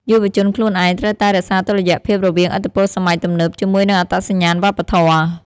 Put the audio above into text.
យុវជនខ្លួនឯងត្រូវតែរក្សាតុល្យភាពរវាងឥទ្ធិពលសម័យទំនើបជាមួយនឹងអត្តសញ្ញាណវប្បធម៌។